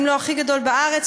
אם לא הכי גדול בארץ,